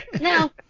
No